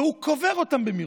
והוא קובר אותם במירון,